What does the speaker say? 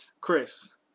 Chris